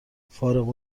فارغ